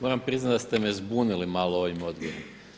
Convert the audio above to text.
Moram priznati da ste me zbunili malo ovim odgovorom.